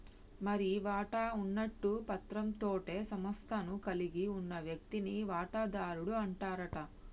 మరి వాటా ఉన్నట్టు పత్రం తోటే సంస్థను కలిగి ఉన్న వ్యక్తిని వాటాదారుడు అంటారట